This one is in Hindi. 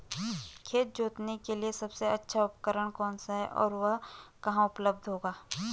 खेत जोतने के लिए सबसे अच्छा उपकरण कौन सा है और वह कहाँ उपलब्ध होगा?